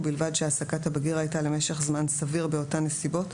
ובלבד שהעסקת הבגיר הייתה למשך זמן סביר באותן נסיבות,